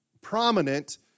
prominent